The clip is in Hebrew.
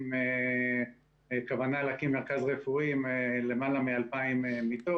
עם כוונה להקים מרכז רפואי עם למעלה מ-2,000 מיטות,